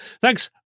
thanks